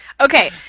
Okay